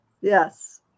Yes